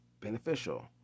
beneficial